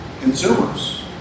Consumers